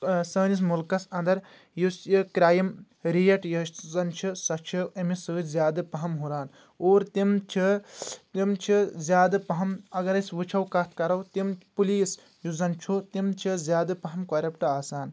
سٲنِس مُلکس انٛدر یُس یہِ کرایِم ریٹ یۄس زن چھِ سۄ چھِ أمِس سۭتۍ زیادٕ پہم ہُران اور تِم چھ تِم چھِ زیادٕ پہم اگر أسۍ وٕچھو کتھ کرو تِم پُلیٖس یُس زن چھُ تِم چھِ زیادٕ پہم کۄرپٹ آسان